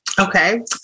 Okay